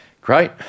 Great